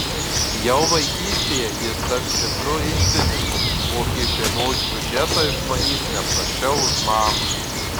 jau vaikystėje jis taps tikru iždininku o apie šeimos biudžetą išmanys ne prasčiau už mamą